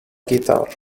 guitar